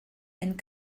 and